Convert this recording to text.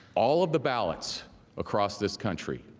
all of the ballots across this country